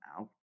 out